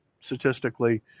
statistically